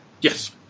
Yes